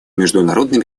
международной